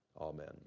Amen